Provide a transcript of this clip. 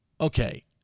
okay